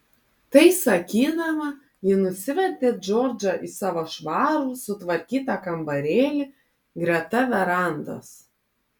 tai sakydama ji nusivedė džordžą į savo švarų sutvarkytą kambarėlį greta verandos